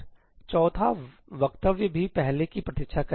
छात्रचौथा वक्तव्य भी पहले की प्रतीक्षा करेगा